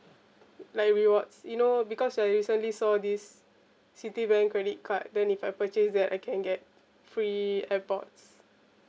like rewards you know because I recently saw this citibank credit card then if I purchase that I can get free airpods